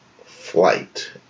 flight